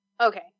okay